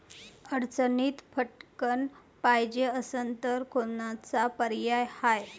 अडचणीत पटकण पायजे असन तर कोनचा पर्याय हाय?